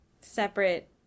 separate